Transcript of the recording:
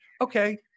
okay